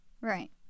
Right